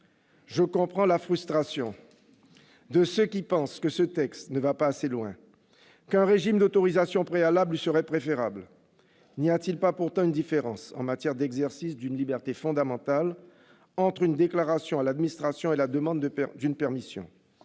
Je comprends la frustration de ceux qui pensent que ce texte ne va pas assez loin, qu'un régime d'autorisation préalable lui serait préférable. N'y a-t-il pas pourtant une différence, en matière d'exercice d'une liberté fondamentale, entre une déclaration à l'administration et la demande d'une permission ?